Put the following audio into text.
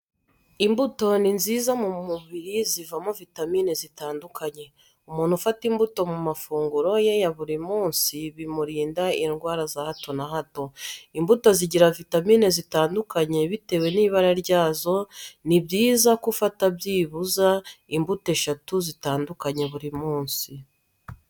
Imbuto ni nziza mu mubiri zibamo vitamine zitandukanye. Umuntu ufata imbuto mu mafunguro ye ya buri munsi bimurinda indwara za hato na hato. Imbuto zigira vitamine zitandukanye bitewe n'ibara ryazo, ni byiza ko ufata byibuze imbuto eshanu zitandukanye buri munsi.